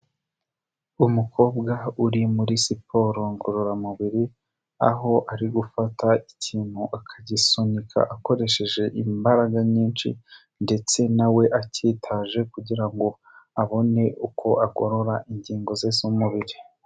Umukobwa uri muri siporo ngororamubiri, aho ari gufata ikintu akagisunika akoresheje imbaraga nyinshi ndetse nawe we acyitaje kugira ngo abone uko agorora ingingo ze z'umubiri.